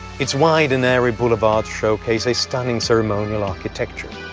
its wide and airy boulevards showcase a stunning ceremonial architecture,